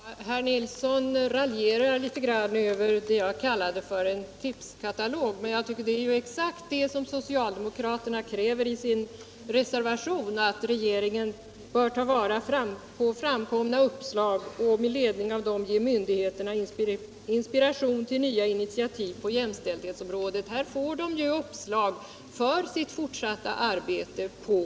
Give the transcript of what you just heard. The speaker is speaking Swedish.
Herr talman! Herr Nilsson i Kalmar raljerade litet över det jag kallade för en tipskatalog. Men jag tycker att det är exakt vad socialdemokraterna kräver i sin reservation. Man vill nämligen att regeringen skall ta till vara framkomna uppslag och med ledning av dem ge myndigheterna inspiration till nya initiativ på jämställdhetsområdet. Här får de ju uppslag för sitt fortsatta arbete.